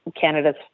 Canada's